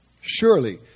Surely